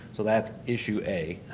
so that's issue a.